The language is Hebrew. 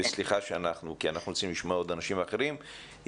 וסליחה שאנחנו רוצים לשמוע עוד אנשים אחרים,